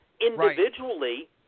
individually